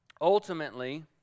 Ultimately